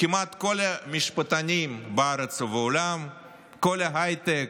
כמעט כל המשפטנים בארץ ובעולם, כל ההייטק,